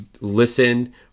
listen